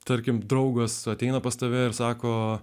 tarkim draugas ateina pas tave ir sako